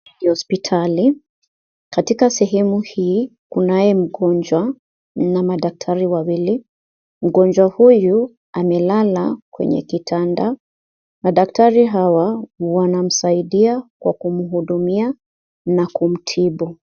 Hospitali, katika sehemu hii kunaye mgonjwa na madaktari wawili, mgonjwa huyu amelala kwenye kitanda, madaktari hawa anamsaidia kwa kumhudumia na kumtibu.